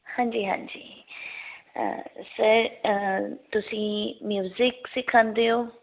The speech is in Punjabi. ਹਾਂਜੀ ਹਾਂਜੀ ਸਰ ਤੁਸੀਂ ਮਿਊਜਿਕ ਸਿਖਾਉਂਦੇ ਹੋ